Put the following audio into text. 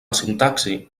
sintaxi